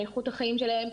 לאיכות החיים שלהם,